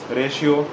ratio